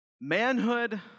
Manhood